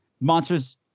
Monsters